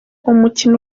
umukino